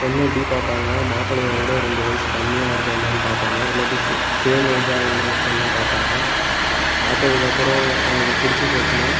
பெண்ணு எப்படி பார்ப்பாங்கனா மாப்பிள்ளையோடு ரெண்டு வயது கம்மியாக இருக்கிற மாதிரி பார்ப்பாங்க இல்லாட்டி சேம் ஏஜாக உள்ள பெண்ணா பார்ப்பாங்க பார்த்ததுக்கப்புறம் அவர்களுக்கு புடிச்சு போச்சுனால்